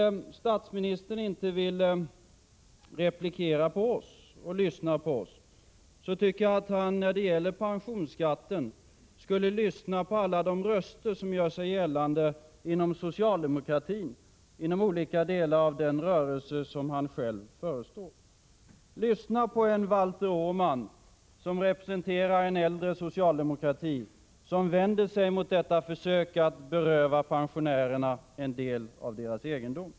Om statsministern inte vill replikera på vad vi har sagt eller lyssna på oss, tycker jag ändå att han i fråga om pensionsskatten skall lyssna på alla de röster som gör sig hörda inom socialdemokratin, dvs. inom olika delar av den rörelse som han själv förestår. Lyssna på Valter Åman, som representerar en äldre socialdemokrati och som vänder sig mot försöken att beröva pensionärerna en del av deras egendom?